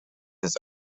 its